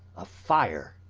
a fire.